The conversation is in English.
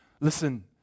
Listen